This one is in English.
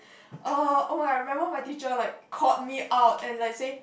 uh oh I remember my teacher like called me out and like say